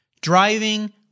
driving